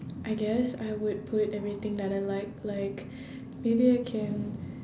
I guess I would put everything that I like like maybe I can